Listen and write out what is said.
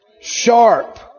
Sharp